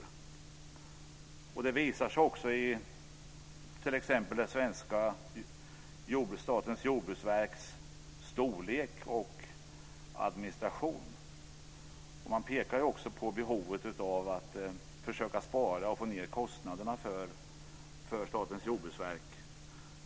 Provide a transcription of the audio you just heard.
Det visar sig t.ex. också i det svenska Statens jordbruksverks storlek och administration. Man pekar också på behovet av att försöka spara och få ned kostnaderna för Statens jordbruksverk.